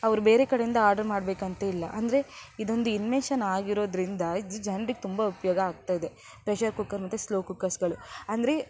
ಅವರು ಬೇರೆ ಕಡೆಯಿಂದ ಆರ್ಡ್ರ್ ಮಾಡಬೇಕಂತಿಲ್ಲ ಅಂದರೆ ಇದೊಂದು ಇನ್ವೆನ್ಶನ್ ಆಗಿರೋದರಿಂದ ಇದು ಜನ್ರಿಗೆ ತುಂಬ ಉಪಯೋಗ ಆಗ್ತಾಯಿದೆ ಪ್ರೆಷರ್ ಕುಕ್ಕರ್ ಮತ್ತು ಸ್ಲೋ ಕುಕ್ಕರ್ಸ್ಗಳು ಅಂದರೆ